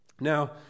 Now